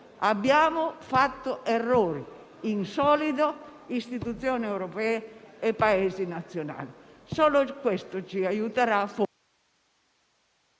Abbiamo fatto errori, in solido, istituzioni europee e Paesi nazionali.